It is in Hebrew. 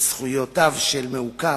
וזכויותיו של מעוכב,